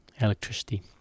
electricity